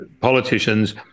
politicians